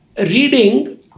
reading